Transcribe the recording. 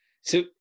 So-